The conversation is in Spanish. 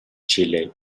chile